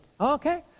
Okay